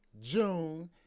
June